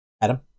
Adam